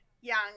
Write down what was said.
young